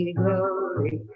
glory